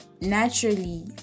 naturally